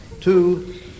two